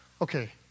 Okay